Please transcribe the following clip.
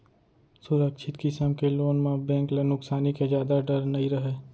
सुरक्छित किसम के लोन म बेंक ल नुकसानी के जादा डर नइ रहय